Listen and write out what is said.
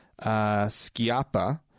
Schiappa